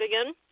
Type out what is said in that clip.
again